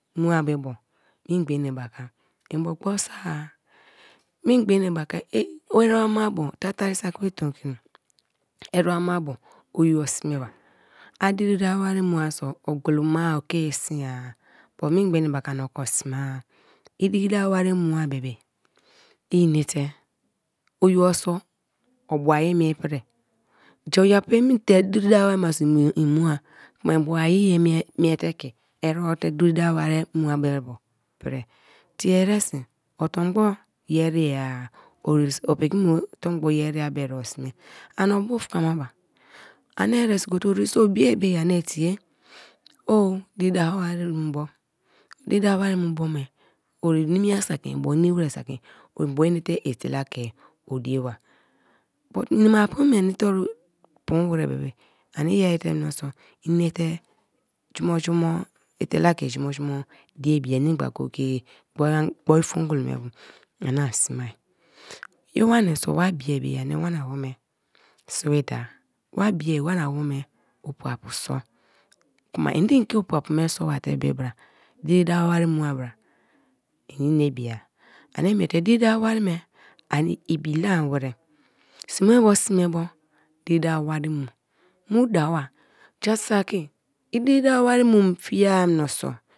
Mua be bo mingba ene baka mbo gbonso-a; mingba enebaka i eremabo tatari saki be tom kri ere-mabo oyibo smeba a diri da wari muo so ogoloma oke ye sieai but mingba enebaka ani ko smea, i diri dawo wari mua be be inete, oyibo so obua ye prii. Ja oyipu emite diri da wo wari me so i mua kuma en buai ye miete ke erebo te diri dawo wari mua be lerebo pria tie eresi o tongbo ye erei or so opiki mu tongbo ye erea bo smea ani obu fakmaba ani eresi gote ori so o bio be ye ani tie o diri dawo wari mu bo, diri dawo wari mu bo me ori nimi ya saki mbo nimi warari saki, mbo inate etela ke o dieba but ene mapu meni toru poon warari bebe ani i yerite menso enete jumo jumo etela ke jumo jumo diebia ene gba go-go-ye gbori fongolo me bu anii sme, wani so wa bii bo ye ani wana awome sibi da, wa bii wana wome opuapu so kuma ende ke opuapu me so bu te be bra diri dawo wari mua bara? En-en bia, ani miete diri dawo wari me ani ibi lam warari, smebo smebo, diri dawa wari mu, mu dawa, mu dawa. Ja saki i diri dawa wari mum fiea menso.